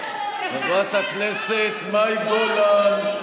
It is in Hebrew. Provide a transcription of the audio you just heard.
חברת הכנסת מאי גולן.